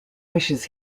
wishes